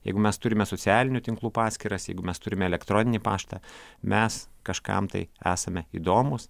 jeigu mes turime socialinių tinklų paskyras jeigu mes turime elektroninį paštą mes kažkam tai esame įdomūs